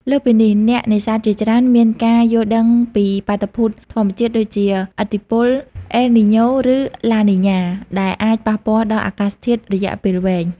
លើសពីនេះ អ្នកនេសាទជាច្រើនមានការយល់ដឹងពីបាតុភូតធម្មជាតិដូចជា ឥទ្ធិពល អែល នី-ញ៉ូ ឬ ឡា នី-ញ៉ា ដែលអាចប៉ះពាល់ដល់អាកាសធាតុរយៈពេលវែង។